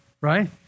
right